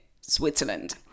Switzerland